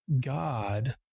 God